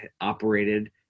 operated